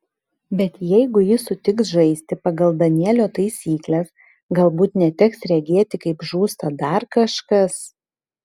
bet jeigu ji sutiks žaisti pagal danielio taisykles galbūt neteks regėti kaip žūsta dar kažkas